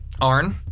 Arn